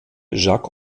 jacques